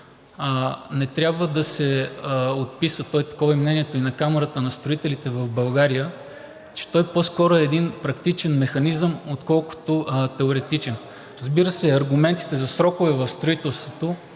не трябва да се отписва, то такова е мнението и на Камарата на строителите в България, че той по-скоро е един практичен механизъм, отколкото теоретичен. Разбира се, аргументите за срокове в строителството,